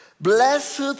Blessed